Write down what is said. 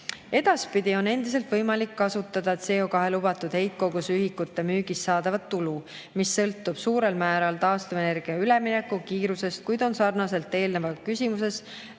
Edaspidi on endiselt võimalik kasutada CO2lubatud heitkoguse ühikute müügist saadavat tulu, mis sõltub suurel määral taastuvenergiale ülemineku kiirusest, kuid on sarnaselt eelneva küsimuse vastuses